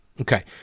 okay